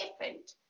different